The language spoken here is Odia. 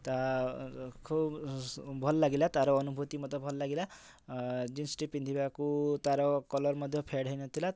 ତାକୁ ଭଲ ଲାଗିଲା ତାର ଅନୁଭୂତି ମୋତେ ଭଲ ଲାଗିଲା ଜିନ୍ସଟି ପିନ୍ଧିବାକୁ ତାର କଲର୍ ମଧ୍ୟ ଫେଡ଼୍ ହୋଇନଥିଲା ତା'ର